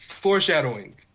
Foreshadowing